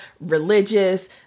religious